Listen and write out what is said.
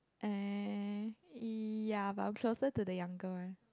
uh ya but I'm closer to the younger one